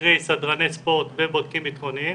קרי סדרני ספורט ובודקים בטחוניים,